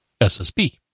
SSB